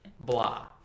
blah